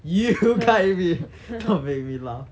you guide me don't make me laugh